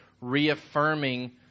reaffirming